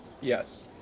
Yes